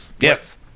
Yes